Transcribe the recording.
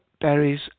berries